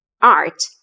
art